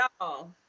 Y'all